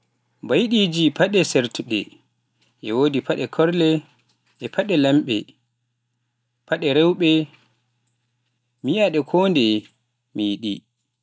Mbaydiiji paɗe ceertuɗe e wodi paɗe korle, e pade lamɗe, paɗe rewɓe myieea nde kondeye miyiɗi.